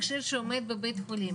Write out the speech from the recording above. מכשיר שעומד בבית חולים,